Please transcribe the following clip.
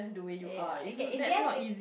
ya okay in the end it